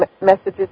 messages